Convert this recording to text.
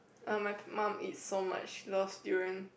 uh my mum eats so much loves durian